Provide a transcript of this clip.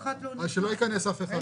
לכך שהכספים האלה יגיעו לקופת המדינה בהקדם,